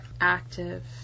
active